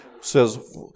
says